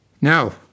Now